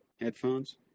headphones